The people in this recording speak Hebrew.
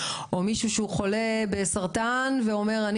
או שיש מישהו שהוא חולה בסרטן שאומר שהוא